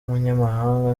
umunyamabanga